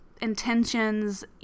intentions